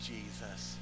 Jesus